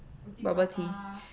bubble tea